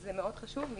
זה מאוד חשוב.